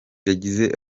yagize